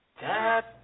Dad